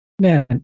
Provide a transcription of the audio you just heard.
Man